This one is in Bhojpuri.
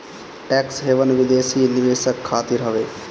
टेक्स हैवन विदेशी निवेशक खातिर हवे